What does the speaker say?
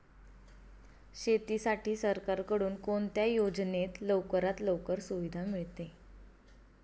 शेतीसाठी सरकारकडून कोणत्या योजनेत लवकरात लवकर सुविधा मिळते?